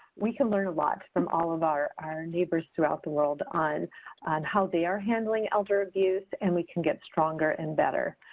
we can learn a lot from all of our our neighbors throughout the world on on how they are handling elder abuse and we can get stronger and better.